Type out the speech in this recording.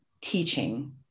teaching